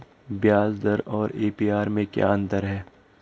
ब्याज दर और ए.पी.आर में क्या अंतर है?